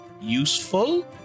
useful